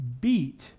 beat